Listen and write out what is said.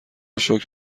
شکر